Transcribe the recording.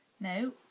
No